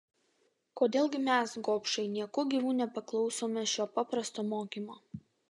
kodėl gi mes gobšai nieku gyvu nepaklausome šio paprasto mokymo